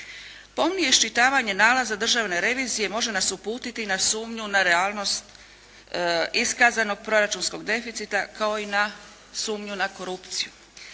Pomnije iščitavanje nalaza državne revizije može nas uputiti na sumnju na realnost iskazanog proračunskog deficita kao i na sumnju na korupciju.